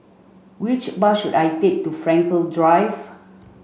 which bus should I take to Frankel Drive